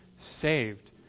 saved